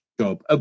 job